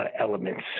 elements